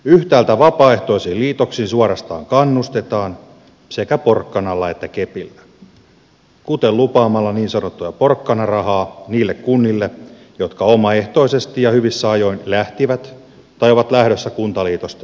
yhtäältä vapaaehtoisiin liitoksiin suorastaan kannustetaan sekä porkkanalla että kepillä kuten lupaamalla niin sanottua porkkanarahaa niille kunnille jotka omaehtoisesti ja hyvissä ajoin lähtivät tai ovat lähdössä kuntaliitosten tielle